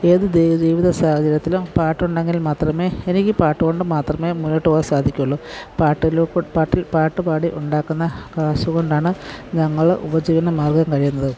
ഏത് ജീവിത സാഹചര്യത്തിലും പാട്ടുണ്ടെങ്കിൽ മാത്രമേ എനിക്കി പാട്ട് കൊണ്ടുമാത്രമേ മുന്നോട്ടുപോവാൻ സാധിക്കുകയുള്ളു പാട്ടില് കൂ പാട്ടിൽ പാട്ട് പാടി ഉണ്ടാക്കുന്ന കാശുകൊണ്ടാണ് ഞങ്ങൾ ഉപജീവനമാർഗ്ഗം കഴിയുന്നത്